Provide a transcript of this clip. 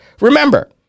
remember